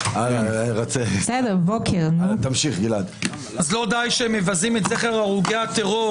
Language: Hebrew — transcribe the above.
אז לא די שמבזים את זכר הרוגי הטרור,